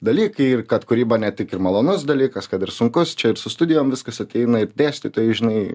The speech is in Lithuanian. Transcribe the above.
dalykai ir kad kūryba ne tik ir malonus dalykas kad ir sunkus čia ir su studijom viskas ateina ir dėstytojai žinai